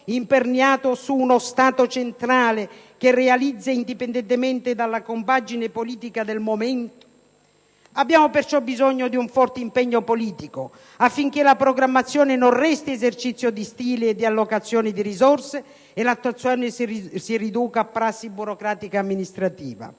imperniato su uno Stato centrale che realizza indipendentemente dalla compagine politica del momento. Abbiamo perciò bisogno di un forte impegno politico, affinché la programmazione non resti esercizio di stile e di allocazione di risorse e l'attuazione si riduca a prassi burocratico-amministrativa